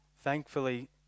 Thankfully